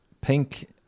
Pink